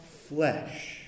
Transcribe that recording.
flesh